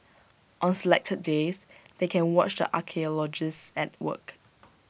on selected days they can watch the archaeologists at work